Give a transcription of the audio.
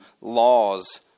laws